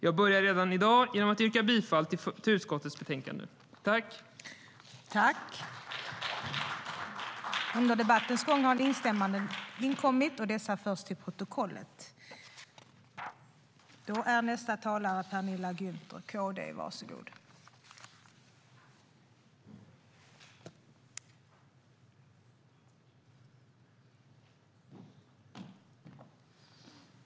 Jag börjar redan i dag genom att yrka bifall till förslaget i utskottets betänkande.I detta anförande instämde Ann-Charlotte Hammar Johnsson och Cecilie Tenfjord-Toftby samt Anders Ahlgren .